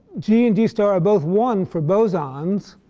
g and g star are both one for bosons.